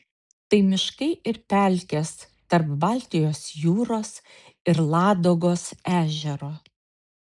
tai miškai ir pelkės tarp baltijos jūros ir ladogos ežero